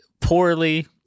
poorly